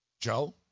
Joe